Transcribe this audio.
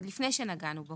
עוד לפני שנגענו בו,